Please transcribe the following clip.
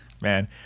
man